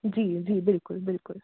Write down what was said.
जी जी बिल्कुल बिल्कुल